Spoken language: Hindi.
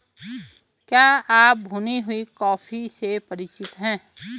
क्या आप भुनी हुई कॉफी से परिचित हैं?